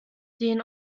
den